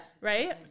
right